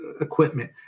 equipment